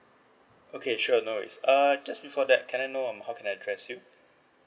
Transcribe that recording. okay sure no worries err just before that can I know um how can I address you